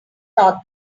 thought